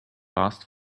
fast